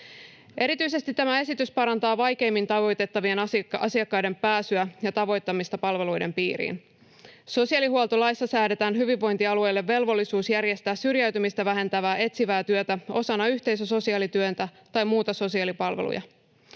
Erityisesti tämä esitys parantaa vaikeimmin tavoitettavien asiakkaiden pääsyä ja tavoittamista palveluiden piiriin. Sosiaalihuoltolaissa säädetään hyvinvointialueille velvollisuus järjestää syrjäytymistä vähentävää etsivää työtä osana yhteisösosiaalityötä tai muita sosiaalipalveluja.